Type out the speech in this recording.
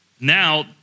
Now